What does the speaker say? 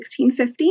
1650